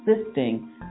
assisting